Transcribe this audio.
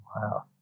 Wow